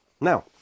Now